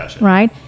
right